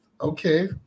okay